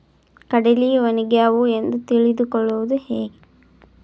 ಕಡಲಿ ಒಣಗ್ಯಾವು ಎಂದು ತಿಳಿದು ಕೊಳ್ಳೋದು ಹೇಗೆ?